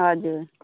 हजुर